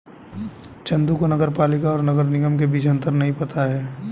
चंदू को नगर पालिका और नगर निगम के बीच अंतर नहीं पता है